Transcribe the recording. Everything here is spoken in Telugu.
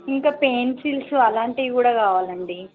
ఇంకా పెన్సిల్సు అలాంటివి కూడా కావాలండి